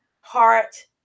heart